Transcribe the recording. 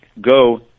go